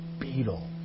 beetle